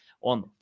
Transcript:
on